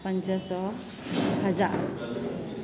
पंज सौ हज़ार